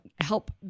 help